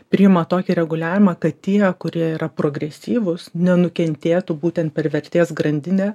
priima tokį reguliavimą kad tie kurie yra progresyvūs nenukentėtų būtent per vertės grandinę